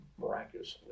miraculously